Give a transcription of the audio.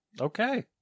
Okay